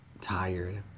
Tired